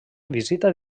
visita